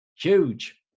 huge